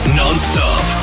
non-stop